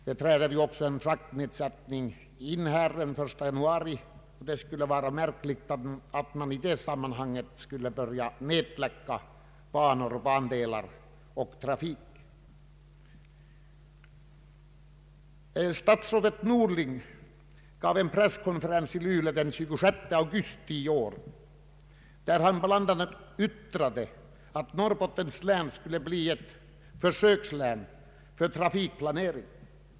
Man har beslutat i riksdagen fraktrabattering från den 1 januari. Det skulle vara märkligt om man i det sammanhanget började nedlägga vissa bandelar. Statsrådet Norling gav en presskonferens i Luleå den 26 augusti i år, då han bl.a. yttrade att Norrbottens län skulle bli ett försökslän för trafikplanering.